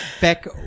Beck